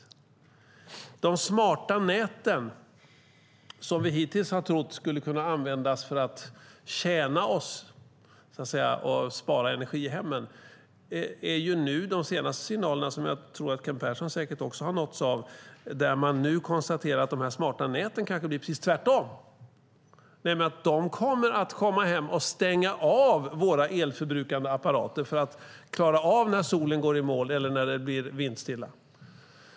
När det gäller de smarta näten, som vi hittills har trott skulle kunna användas för att tjäna oss och spara energi i hemmen, är de senaste signalerna, som jag tror att också Kent Persson har nåtts av, att man konstaterar att de smarta näten kanske blir precis tvärtom. De kommer kanske att komma hem och stänga av våra elförbrukande apparater för att klara av att solen går i moln eller det blir vindstilla.